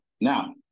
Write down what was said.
now